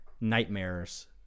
nightmares